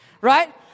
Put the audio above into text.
right